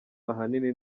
ahanini